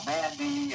Mandy